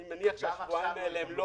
אני מניח שבשבועיים האלה הם לא